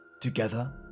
Together